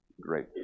great